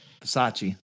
Versace